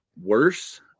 worse